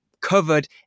covered